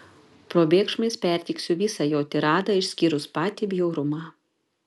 probėgšmais perteiksiu visą jo tiradą išskyrus patį bjaurumą